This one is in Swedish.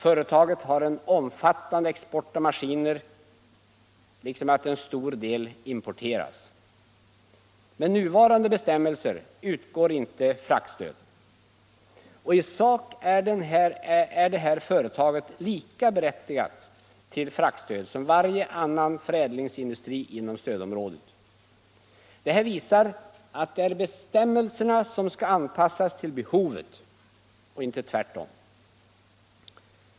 Företaget har en omfattande export av maskiner, och en stor del importeras. Med nuvarande bestämmelser utgår inte fraktstöd. I sak är det här företaget lika berättigat till fraktstöd som varje annan förädlingsindustri inom stödområdet. Detta visar att det är bestämmelserna som skall anpassas till behovet och inte tvärtom.